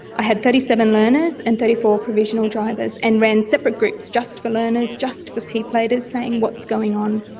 i had thirty seven learners and thirty four provisional drivers and ran separate groups just for learners, just for p platers, saying, what's going on,